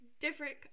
different